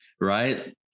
right